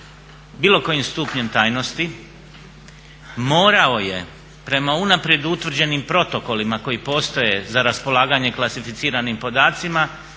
bilo kojim stupnjem tajnosti morao je prema unaprijed utvrđenim protokolima koji postoje za raspolaganje klasificiranim podacima